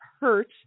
hurt